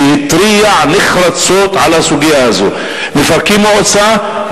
שהתריע נחרצות על הסוגיה הזאת: מפרקים מועצה,